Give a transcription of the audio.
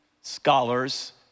scholars